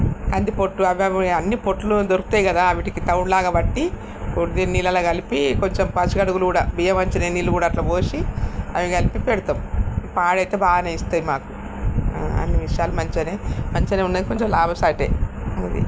కందిపొట్టు అవవ్వి అన్నీ పొట్లు దొరుకుతాయి కదా అవిటికి తౌడు లాగా పట్టి కుడితి నీళల్లో కలిపి కొంచెం పశుగడుగులు కూడా బియ్యం వంచిన నీళ్ళు కూడా అట్ల పోసి అవి కలిపి పెడతాం పాడి అయితే బాగానే ఇస్తాయి మాకు అన్ని విషయాలు మంచిగానే మంచిగానే ఉన్నాయి కొంచెం లాభసాటే అది